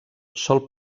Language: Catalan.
sol